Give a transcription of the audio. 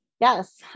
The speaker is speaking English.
Yes